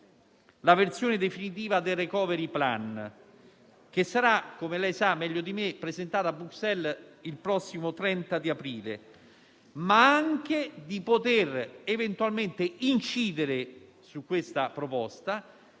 la versione definitiva del *recovery plan*, che, come lei sa meglio di me, sarà presentato a Bruxelles il prossimo 30 aprile, ma anche eventualmente di incidere su questa proposta